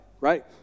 right